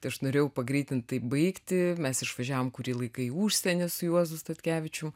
tai aš norėjau pagreitintai baigti mes išvažiavom kurį laiką į užsienį su juozu statkevičium